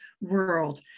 world